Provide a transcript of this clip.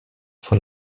von